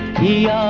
the